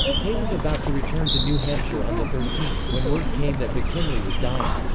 hay was about to return to new hampshire on the thirteenth, when word came that mckinley was dying.